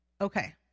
Okay